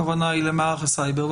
הכוונה היא למערך הסייבר.